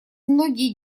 многие